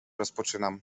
rozpoczynam